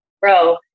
bro